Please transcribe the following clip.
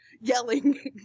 yelling